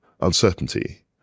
uncertainty